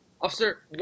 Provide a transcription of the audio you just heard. Officer